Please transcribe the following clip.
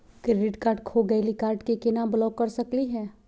Credit card खो गैली, card क केना ब्लॉक कर सकली हे?